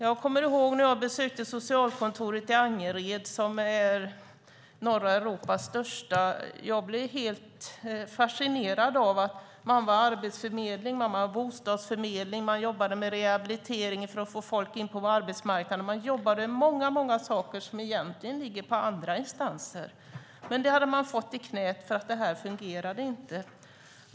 Jag kommer ihåg när jag besökte socialkontoret i Angered, som är norra Europas största. Jag blev helt fascinerad av att man var arbetsförmedling, man var bostadsförmedling och man jobbade med rehabilitering för att få in folk på arbetsmarknaden. Man jobbade med många saker som egentligen ligger på andra instanser, men det hade man fått i knäet eftersom det inte fungerade.